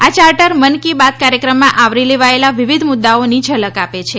આ ચાર્ટર મન કી બાત કાર્યક્રમમાં આવરી લેવાચેલા વિવિધ મુદ્દાઓની ઝલક આપે છે